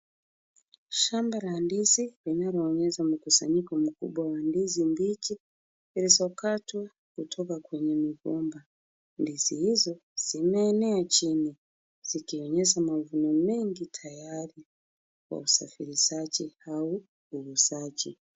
Shamba la ndizi, linaloonyesha mkusanyiko wa ndizi mbichi zilizokatwa kutoka kwa mgomba. Ndizi hizo zimeenea chini, zikionyesha mavuno mengi, tayari kwa usafirishaji au uuzaji.